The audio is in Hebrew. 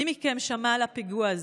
מי מכם שמע על הפיגוע הזה?